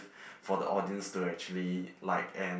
for the audience to actually like and